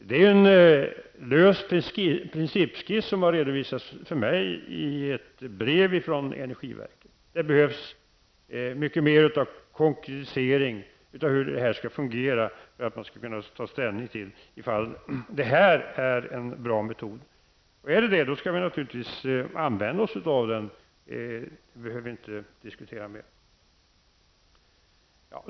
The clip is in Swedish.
Det är en lös principskiss som har redovisats för mig i ett brev från energiverket. Det behövs mycket mer av konkretisering av hur det skall fungera för att man skall kunna ta ställning till om det är en bra metod. Är det så, skall vi naturligtvis använda oss av den. Det behöver vi inte diskutera mer.